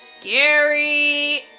Scary